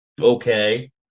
Okay